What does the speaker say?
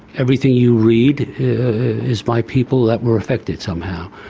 everything you read is by people that were affected somehow.